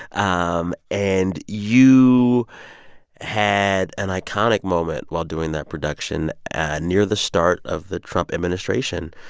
um and you had an iconic moment while doing that production near the start of the trump administration.